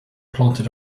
planted